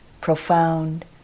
profound